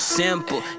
simple